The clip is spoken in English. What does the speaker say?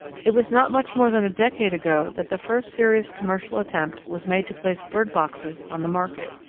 it was not much more than a decade ago that the first serious commercial attempt was made to place bird boxes on the market.